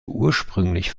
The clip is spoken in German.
ursprünglich